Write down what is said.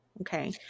Okay